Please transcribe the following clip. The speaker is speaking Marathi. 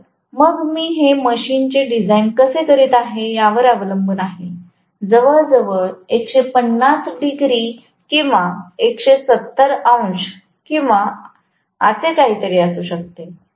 तर मग मी हे मशीनचे डिझाइन कसे करीत आहे यावर अवलंबून आहे जवळजवळ 150 डिग्री किंवा 170 अंश किंवा असे काहीतरी असू शकते